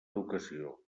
educació